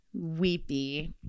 weepy